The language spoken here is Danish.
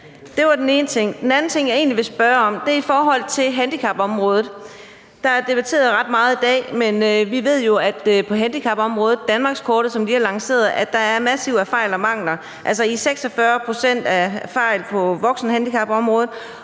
Det var den ene ting. Den anden ting er det, jeg egentlig vil spørge om, er i forhold til handicapområdet, der er debatteret ret meget i dag. Men vi ved jo, at der ifølge danmarkskortet, som vi har lanceret, på handicapområdet er massive fejl og mangler, altså fejlprocenten på voksenhandicapområdet